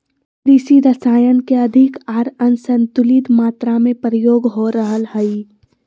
कृषि रसायन के अधिक आर असंतुलित मात्रा में प्रयोग हो रहल हइ